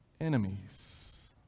enemies